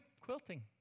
quilting